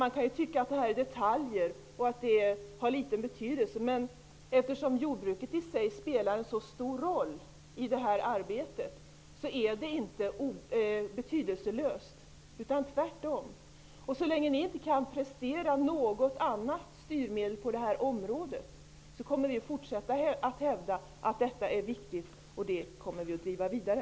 Man kan tycka att det är fråga om detaljer som har liten betydelse, men eftersom jordbruket i sig spelar en så stor roll i detta arbete, är det inte betydelselöst, utan tvärtom. Så länge ni inte kan prestera något annat styrmedel på det här området, kommer vi att fortsätta att hävda att detta är viktigt och att driva detta vidare.